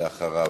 אחריו.